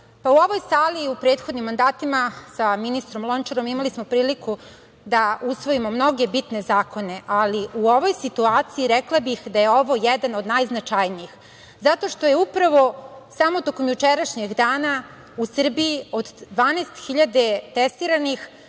U ovoj sali je u prethodnim mandatima sa ministrom Lončarom imali smo priliku da usvojimo mnoge bitne zakone, ali u ovoj situaciji rekla bih da je ovo jedan od najznačajnijih. Zato što je upravo samo tokom jučerašnjeg dana u Srbiji od 12 hiljada testiranih,